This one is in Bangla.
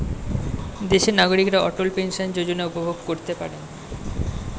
দেশের নাগরিকরা অটল পেনশন যোজনা উপভোগ করতে পারেন